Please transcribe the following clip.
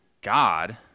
God